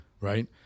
right